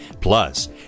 plus